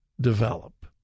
develop